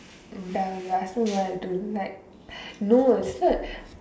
ya you ask me why I don't like no it's not